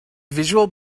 visual